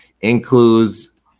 includes